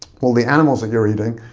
well, the animals that you're eating,